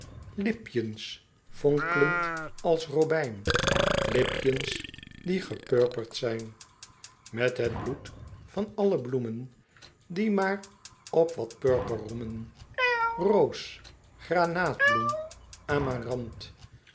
lipjens fonklend als robijn lipjens die gepurperd zijn met het bloed van alle bloemen die maar op wat purper roemen roos granaatbloem